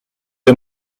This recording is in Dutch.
een